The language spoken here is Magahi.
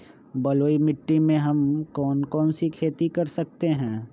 बलुई मिट्टी में हम कौन कौन सी खेती कर सकते हैँ?